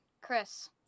Chris